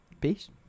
Peace